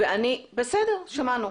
שמענו.